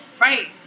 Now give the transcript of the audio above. Right